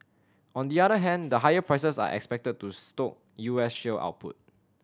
on the other hand the higher prices are expected to stoke U S shale output